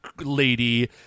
lady